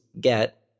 get